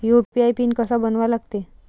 UPI pin कसा बनवा लागते?